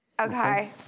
Okay